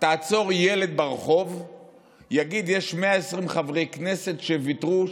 תעצור ילד ברחוב יגיד: יש 120 חברי כנסת שוויתרו,